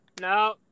No